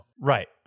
Right